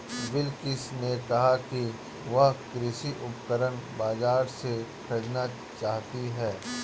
बिलकिश ने कहा कि वह कृषि उपकरण बाजार से खरीदना चाहती है